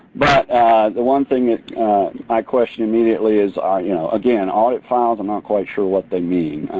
but the one thing that i question immediately is ah you know again, audit files, i'm not quite sure what they mean.